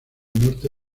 norte